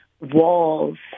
walls